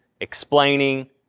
explaining